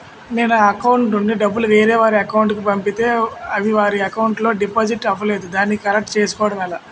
నేను నా అకౌంట్ నుండి డబ్బు వేరే వారి అకౌంట్ కు పంపితే అవి వారి అకౌంట్ లొ డిపాజిట్ అవలేదు దానిని కరెక్ట్ చేసుకోవడం ఎలా?